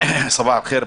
סבאח אל חיר.